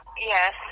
Yes